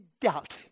doubt